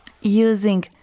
Using